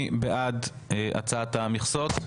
בעד הצעת המכסות,